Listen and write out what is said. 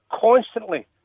constantly